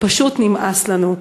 פשוט נמאס לנו.